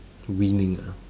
winning ah